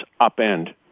upend